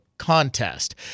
Contest